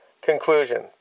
Conclusion